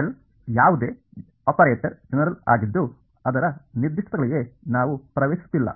L ಯಾವುದೇ operator general ಆಗಿದ್ದು ಅದರ ನಿರ್ದಿಷ್ಟತೆಗಳಿಗೆ ನಾವು ಪ್ರವೇಶಿಸುತ್ತಿಲ್ಲ